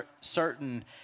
certain